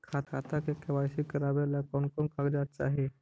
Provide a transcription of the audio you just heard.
खाता के के.वाई.सी करावेला कौन कौन कागजात चाही?